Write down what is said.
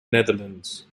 netherlands